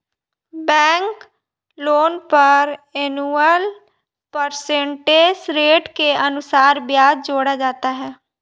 bank loan पर annual percentage rate के अनुसार ब्याज जोड़ा जाता है